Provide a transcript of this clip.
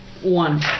One